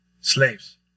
slaves